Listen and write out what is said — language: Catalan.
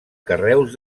carreus